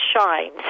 shines